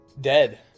dead